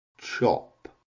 chop